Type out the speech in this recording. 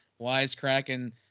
wisecracking